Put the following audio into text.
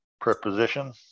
Preposition